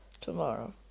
tomorrow